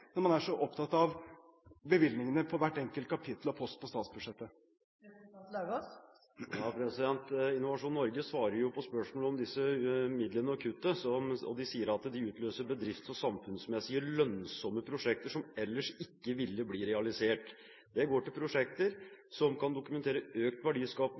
når man er så opptatt av bevilgningene på hvert enkelt kapittel og hver enkelt post på statsbudsjettet? Innovasjon Norge svarer på spørsmålet om disse midlene og kuttet. De sier at de utløser bedrifts- og samfunnsmessig lønnsomme prosjekter som ellers ikke ville blitt realisert. Det går til prosjekter som kan dokumentere økt